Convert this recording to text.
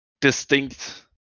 distinct